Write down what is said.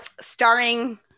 starring